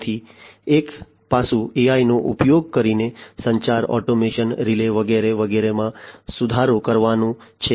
તેથી એક પાસું AIનો ઉપયોગ કરીને સંચાર ઓટોમેશન રિલે વગેરે વગેરેમાં સુધારો કરવાનું છે